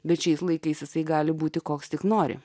bet šiais laikais jisai gali būti koks tik nori